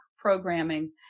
programming